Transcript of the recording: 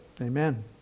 Amen